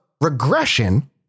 regression